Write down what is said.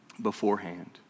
beforehand